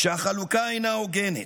כשהחלוקה אינה הוגנת,